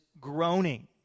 groaning